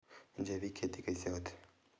जैविक खेती कइसे होथे?